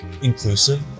inclusive